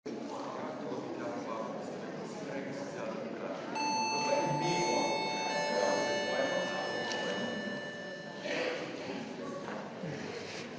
hvala.